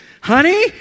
honey